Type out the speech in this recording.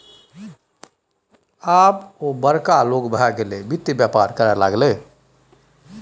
आब ओ बड़का लोग भए गेलै वित्त बेपार करय लागलै